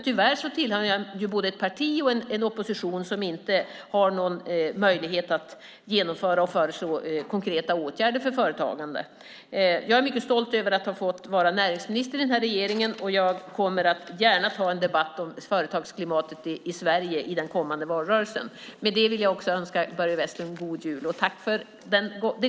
Tyvärr tillhör han ett parti och en opposition som inte har någon möjlighet att föreslå och genomföra konkreta åtgärder för företagandet. Jag är mycket stolt över att ha fått vara näringsminister i den nuvarande regeringen och tar gärna i den kommande valrörelsen en debatt om företagsklimatet i Sverige. Med dessa ord önskar jag Börje Vestlund god jul och tackar för det gångna årets debatter. Jag önskar också herr talmannen och övriga god jul.